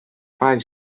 five